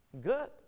good